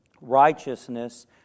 Righteousness